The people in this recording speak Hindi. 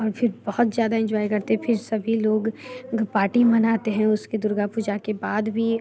और फिर बहुत ज़्यादा इंजॉय करते हैं फिर सभी लोग पार्टी मनाते हैं उसके दुर्गा पूजा के बाद भी